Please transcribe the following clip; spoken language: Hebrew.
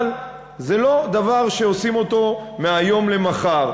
אבל זה לא דבר שעושים אותו מהיום למחר.